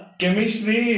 chemistry